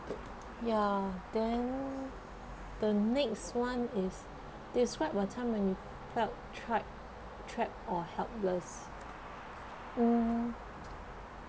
ya then the next one is describe a time when you felt trapped trapped or helpless um